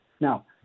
Now